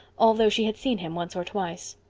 although she had seen him once or twice.